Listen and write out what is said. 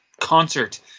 concert